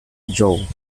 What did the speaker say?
joe